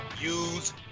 use